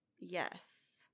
Yes